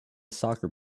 soccer